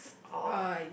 oh